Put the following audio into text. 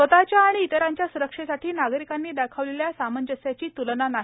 स्वतःच्या आणि इतरांच्या स्रक्षेसाठी नागरिकांनी दाखवलेल्या सामंजस्याची त्लना नाही